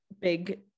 big